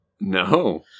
No